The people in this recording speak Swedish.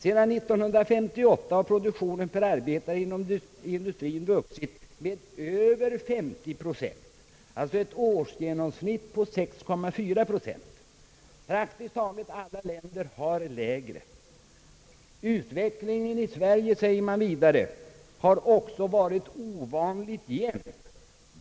Sedan 1958 har produktionen för arbetare inom industrien vuxit med över 50 procent, alltså ett årsgenomsnitt på 6,4 procent; praktiskt taget alla andra länder har lägre. Utvecklingen i Sverige, säger man vidare, har också varit ovanligt jämn.